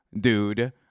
dude